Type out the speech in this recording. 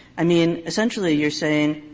i mean, essentially you are saying,